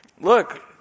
Look